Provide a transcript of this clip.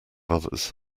others